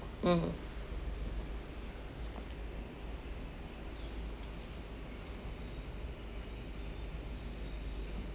mm